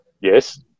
Yes